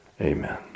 Amen